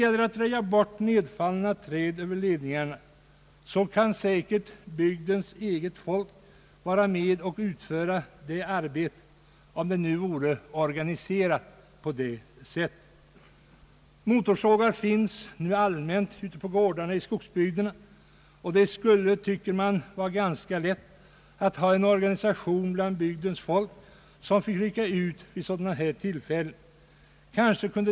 Arbetet med att röja bort träd som fallit ned över ledningarna kan säkert bygdens eget folk vara med om att utföra. Motorsågar finns nu allmänt ute på gårdarna i skogsbygderna, och man tycker att det skulle vara ganska lätt att ha en organisation bland bygdens folk som fick rycka ut vid sådana här tillfällen.